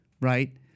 right